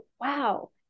wow